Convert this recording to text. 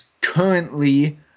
currently